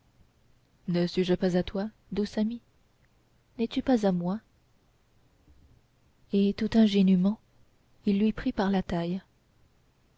ne suis-je pas à toi douce amie n'es-tu pas à moi et tout ingénument il lui prit la taille